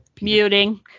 muting